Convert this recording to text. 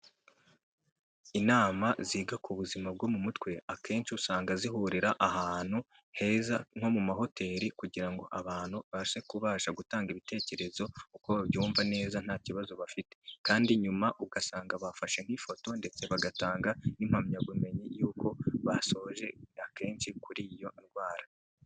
Inama ziga ku buzima bwo mu mutwe, akenshi usanga zihurira ahantu heza nko mu mahoteli kugira ngo abantu babashe kubasha gutanga ibitekerezo uko babyumva neza nta kibazo bafite, kandi nyuma ugasanga bafashe nk'ifoto ndetse bagatanga n'impamyabumenyi y'uko basoje akenshi kuri iyo ndwara.